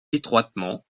étroitement